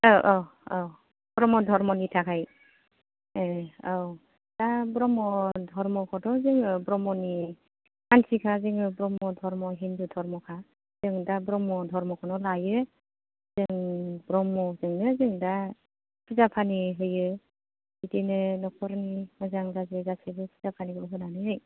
औ औ औ ब्रम्ह धोरोमनि थाखाय ए औ दा ब्रम्ह धोरोमखौथ' जोङो ब्रम्हनि मानसिखा जोङो ब्रम्ह धोरोम हिन्दु धोरोमखा जों दा ब्रम्ह धोरोमखौनो लायो जों ब्रम्हजोंनो जों दा फुजा पानि होयो बिदिनो न'खरनि मोजां गाज्रि गासैबो फुजा पानिफोरखौ होनानै